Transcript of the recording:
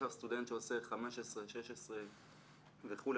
סטודנט שעושה 15-16 וכו',